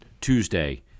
Tuesday